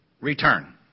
return